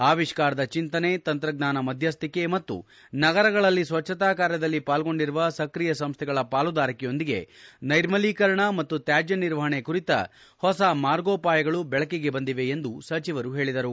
ಆವಿಷ್ಕಾರದ ಚೆಂತನೆ ತಂತ್ರಜ್ಞಾನ ಮಧ್ಯಸ್ಥಿಕೆ ಮತ್ತು ನಗರಗಳಲ್ಲಿ ಸ್ವಚ್ಚತಾ ಕಾರ್ಯದಲ್ಲಿ ಪಾಲ್ಗೊಂಡಿರುವ ಸಕ್ರಿಯ ಸಂಸ್ದೆಗಳ ಪಾಲುದಾರಿಕೆಯೊಂದಿಗೆ ನೈರ್ಮಲೀಕರಣ ಮತ್ತು ತ್ಯಾಜ್ಯ ನಿರ್ವಹಣೆ ಕುರಿತ ಹೊಸ ಮಾರ್ಗೋಪಾಯಗಳು ಬೆಳಕಿಗೆ ಬಂದಿವೆ ಎಂದು ಸಚಿವರು ಹೇಳಿದರು